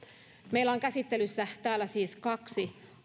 meillä on käsittelyssä täällä siis kaksi